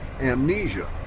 amnesia